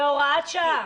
בהוראת שעה.